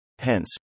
Hence